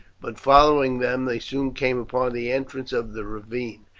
but following them they soon came upon the entrance of the ravine.